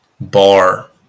bar